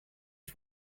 its